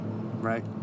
Right